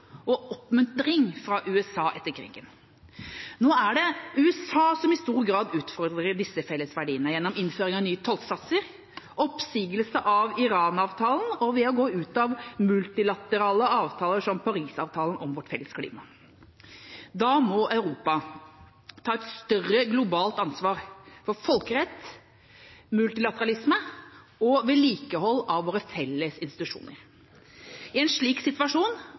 og oppmuntring fra USA etter krigen. Nå er det USA som i stor grad utfordrer disse fellesverdiene gjennom innføring av nye tollsatser, oppsigelse av Iran-avtalen og ved å gå ut av multilaterale avtaler – som Parisavtalen om vårt felles klima. Da må Europa ta et større globalt ansvar for folkerett, multilateralisme og vedlikehold av våre felles institusjoner. I en slik situasjon